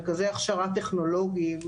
מרכזי הכשרה טכנולוגיים,